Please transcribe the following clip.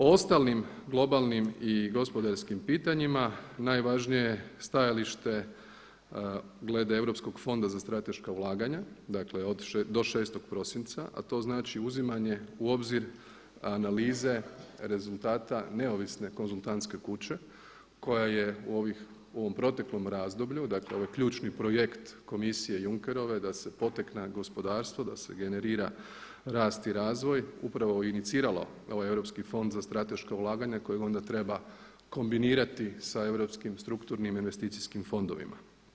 O ostalim globalnim i gospodarskim pitanjima najvažnije je stajalište glede Europskog fonda za strateška ulaganja, dakle do 6. prosinca a to znači uzimanje u obzir analize rezultata neovisne konzultantske kuće koja je u ovom proteklom razdoblju, dakle ovo je ključni projekt Komisije Junckerove da se potakne gospodarstvo, da se generira rast i razvoj upravo iniciralo ovaj europski Fond za strateška ulaganja kojeg onda treba kombinirati sa europskim strukturnim investicijskim fondovima.